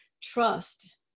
trust